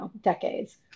decades